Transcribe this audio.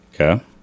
Okay